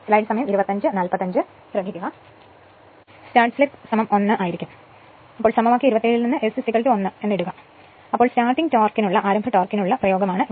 start slip 1 അതിനാൽ സമവാക്യം 27ൽ നിന്ന് S 1 ഇടുക അപ്പോൾ ഇത് സ്റ്റാർട്ടിംഗ് ടോർക്കിനുള്ള പ്രയോഗമാണ്